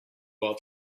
while